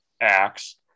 acts